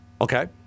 Okay